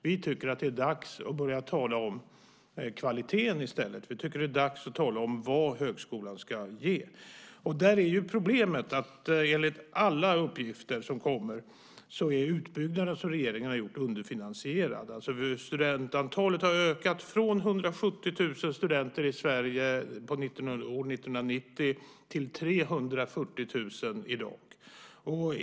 Vi tycker att det är dags att börja tala om kvaliteten i stället. Vi tycker att det är dags att tala om vad högskolan ska ge. Där är ju problemet att enligt alla uppgifter som kommer är den utbyggnad som regeringen har gjort underfinansierad. Studentantalet har ökat från 170 000 studenter i Sverige år 1990 till 340 000 i dag.